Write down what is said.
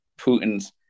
putin's